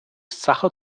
sacher